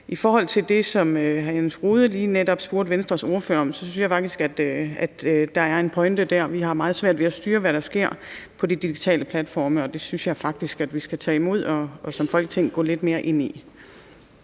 I forhold til det, som hr. Jens Rohde netop spurgte Venstres ordfører om, synes jeg faktisk, at der er en pointe der. Vi har meget svært ved at styre, hvad der sker på de digitale platforme, og det synes jeg faktisk vi skal tage imod og som Folketing gå lidt mere ind i.